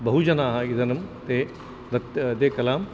बहु जनाः इदनीं ते अद्य कलां